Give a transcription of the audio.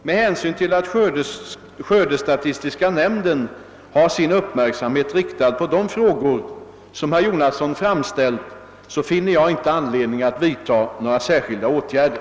Med hänsyn till att skördestatistiska nämnden har sin uppmärksamhet riktad på de frågor som herr Jonasson framställt finner jag inte anledning att vidta några särskilda åtgärder.